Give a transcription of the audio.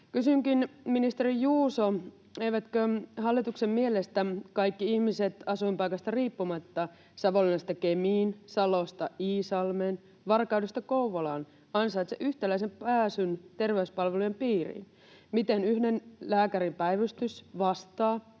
Kysynkin, ministeri Juuso: Eivätkö hallituksen mielestä kaikki ihmiset asuinpaikasta riippumatta — Savonlinnasta Kemiin, Salosta Iisalmeen, Varkaudesta Kouvolaan — ansaitse yhtäläisen pääsyn terveyspalvelujen piiriin? Miten yhden lääkärin päivystys vastaa